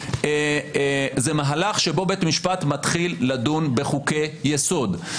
זה מהלך שבו בית משפט מתחיל לדון בחוקי יסוד.